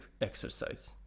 exercise